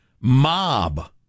Mob